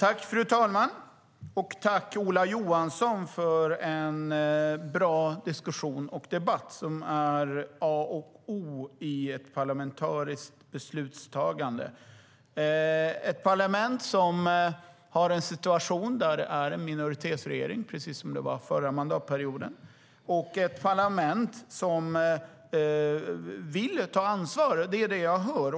Fru talman! Jag vill tacka Ola Johansson för en bra diskussion och debatt, vilket är A och O i parlamentariskt beslutstagande. Vi har nu ett parlament som ska hantera en situation med en minoritetsregering, precis som under förra mandatperioden. Vi har också ett parlament som vill ta ansvar. Det är det jag hör.